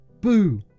boo